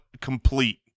complete